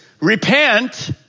Repent